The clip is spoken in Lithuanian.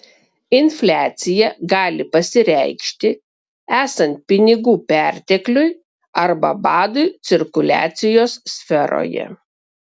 infliacija gali pasireikšti esant pinigų pertekliui arba badui cirkuliacijos sferoje